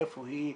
איפה היא,